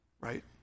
right